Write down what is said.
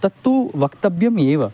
तत्तु वक्तव्यम् एव